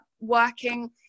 working